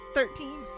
Thirteen